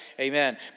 Amen